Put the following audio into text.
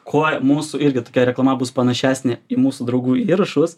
kuo mūsų irgi tokia reklama bus panašesnė į mūsų draugų įrašus